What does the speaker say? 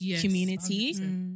community